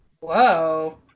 Whoa